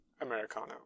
Americano